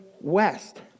west